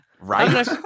Right